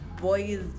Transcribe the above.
boys